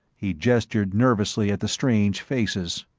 he gestured nervously at the strange faces.